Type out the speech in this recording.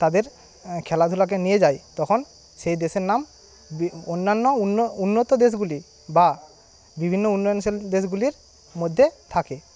তাদের খেলাধূলাকে নিয়ে যায় তখন সেই দেশের নাম অন্যান্য উন্নত দেশগুলি বা বিভিন্ন উন্নয়নশীল দেশগুলির মধ্যে থাকে